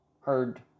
heard